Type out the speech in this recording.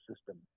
system